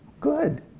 Good